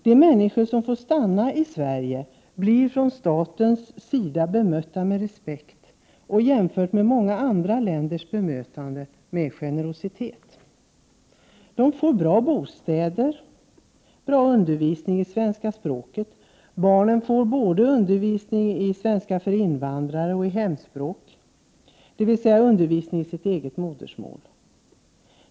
De människor som får stanna i Sverige blir från statens sida bemötta med respekt och, jämfört med många andra länders bemötande, med generositet. De får bra bostad, bra undervisning i svenska språket. Barnen får undervisning både i svenska och i hemspråk, dvs. undervisning i sitt eget modersmål.